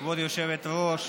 כבוד היושבת-ראש,